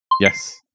Yes